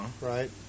Right